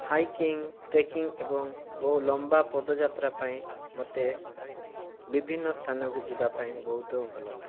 hiking trekking ଏବଂ ବହୁ ଲମ୍ବା ପଦଯାତ୍ରା ପାଇଁ ମୋତେ ବିଭିନ୍ନ ସ୍ଥାନକୁ ଯିବାପାଇଁ ବହୁତ ଭଲଲାଗେ